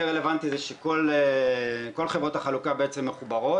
כל הדרכים מובילות לפתח תקווה.